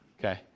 Okay